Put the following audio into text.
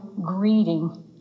greeting